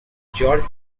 george